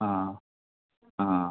ആ ആ ആ ആ